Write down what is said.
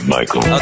Michael